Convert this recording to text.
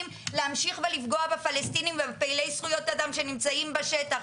להמשיך ולפגוע בפלסטינים ובפעילי זכויות אדם שנמצאים בשטח.